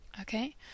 Okay